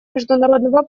международного